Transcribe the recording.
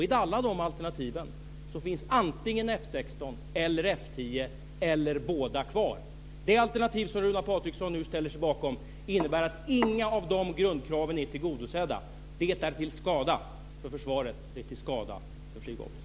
I alla de alternativen finns antingen Det alternativ som Runar Patriksson nu ställer sig bakom innebär att inga av de grundkraven är tillgodosedda. Det är till skada för försvaret. Det är till skada för flygvapnet.